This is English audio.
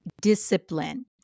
discipline